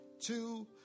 two